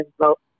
vote